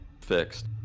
fixed